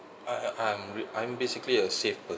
I I'm I'm basically a safe person